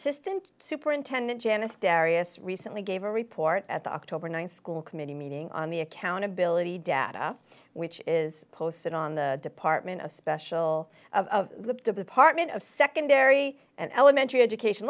assistant superintendent janice darrius recently gave a report at the october th school committee meeting on the accountability data which is posted on the department of special of the department of secondary and elementary education